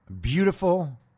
Beautiful